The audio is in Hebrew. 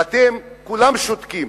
ואתם כולכם שותקים.